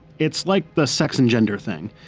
it's like the sex and gender thing.